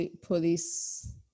police